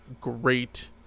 great